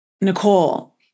Nicole